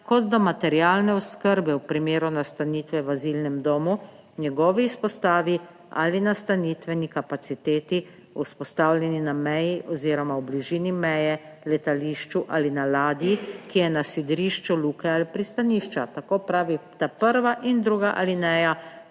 kot do materialne oskrbe v primeru nastanitve v azilnem domu, njegovi izpostavi ali nastanitveni kapaciteti, vzpostavljeni na meji oziroma v bližini meje, letališču ali na ladji, ki je na sidrišču luke ali pristanišča, tako prav ta 1. in 2. alineja